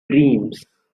dreams